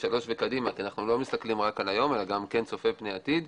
והלאה כי אנחנו לא מסתכלים רק על היום אלא גם צופים פני עתיד.